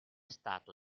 stato